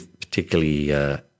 particularly